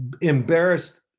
embarrassed